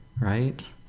right